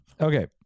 Okay